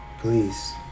please